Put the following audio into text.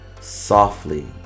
softly